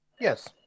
Yes